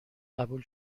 قبول